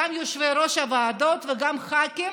יושבי-ראש הוועדות וח"כים